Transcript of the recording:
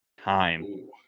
time